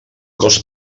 cos